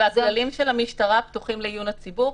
הכללים של המשטרה פתוחים לעיון הציבור.